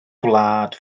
gwlad